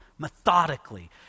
methodically